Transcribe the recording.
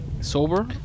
sober